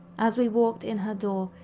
as we walked in her door,